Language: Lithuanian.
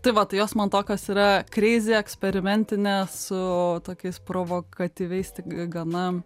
tai va tai jos man tokios yra kreizi eksperimentinės su tokiais provokatyviais tik gana